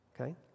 Okay